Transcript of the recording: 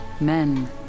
Men